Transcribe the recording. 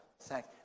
Thank